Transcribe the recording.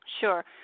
Sure